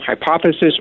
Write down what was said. hypothesis